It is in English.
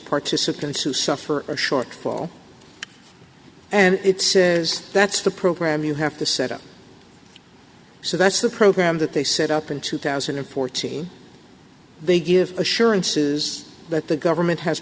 participants who suffer a shortfall and it says that's the program you have to set up so that's the program that they set up in two thousand and fourteen they give assurances that the government has